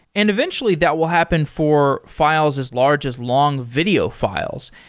and eventually, that will happen for files as large as long video files.